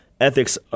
ethics